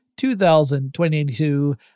2022